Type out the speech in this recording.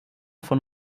von